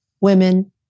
women